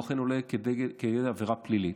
הוא אכן עולה בגדר עבירה פלילית,